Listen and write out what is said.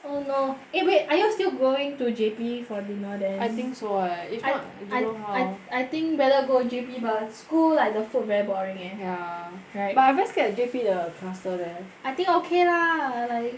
oh no eh wait are you still going to J_B for dinner there I think so eh if not I don't how I I I think better go J_B but school like the food very boring eh ya correct but I very scared J_B the cluster there I think okay lah like